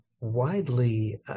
widely